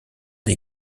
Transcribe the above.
les